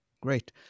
Great